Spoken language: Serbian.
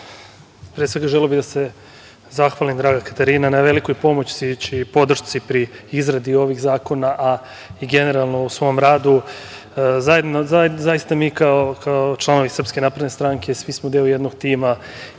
Pre svega želeo bih da se zahvalim, draga Katarina, na velikoj pomoći i podršci pri izradi ovih zakona, a i generalno u svom radu, zaista, mi kao članovi SNS svi smo deo jednog tima